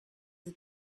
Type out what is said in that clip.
the